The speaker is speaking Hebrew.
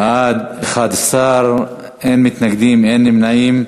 בעד, 11, אין מתנגדים, אין נמנעים.